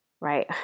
Right